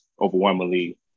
overwhelmingly